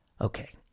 Okay